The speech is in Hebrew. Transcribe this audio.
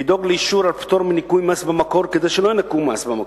לדאוג לאישור על פטור מניכוי מס במקור כדי שלא ינכו מס במקור,